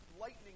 lightning